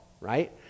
right